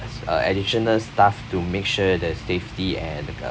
uh additional staff to make sure the safety and the